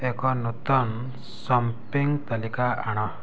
ଏକ ନୂତନ ସପିଂ ତାଲିକା ଆଣ